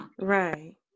Right